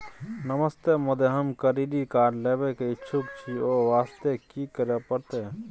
नमस्ते महोदय, हम credit card लेबे के इच्छुक छि ओ वास्ते की करै परतै?